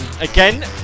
Again